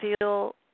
feel